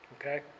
Okay